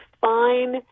fine